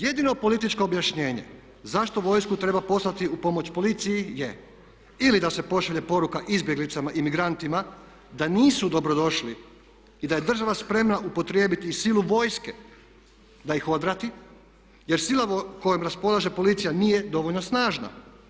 Jedino političko objašnjenje zašto vojsku treba poslati u pomoć policiji je ili da se pošalje poruka izbjeglicama i migrantima da nisu dobrodošli i da je država spremna upotrijebiti i silu vojske da ih odvrati jer sila kojom raspolaže policija nije dovoljno snažna.